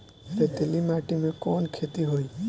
रेतीली माटी में कवन खेती होई?